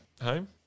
home